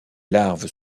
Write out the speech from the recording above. larves